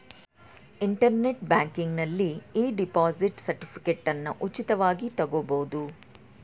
internet ಬ್ಯಾಂಕಿಂಗ್ನಲ್ಲಿ e deposit ಸರ್ಟಿಫಿಕೇಟನ್ನ ಉಚಿತವಾಗಿ ತಗೊಬೋದು